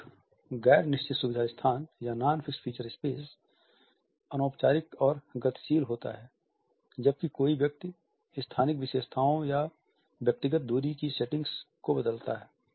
एक गैर निश्चित सुविधा स्थान अनौपचारिक और गतिशील होता है जब कोई व्यक्ति स्थानिक विशेषताओं या व्यक्तिगत दूरी की सेटिंग को बदलता है